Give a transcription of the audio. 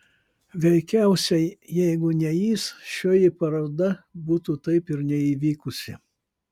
veikiausiai jeigu ne jis šioji paroda būtų taip ir neįvykusi